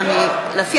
נסגרה